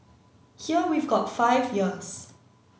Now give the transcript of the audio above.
here we've got five years